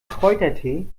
kräutertee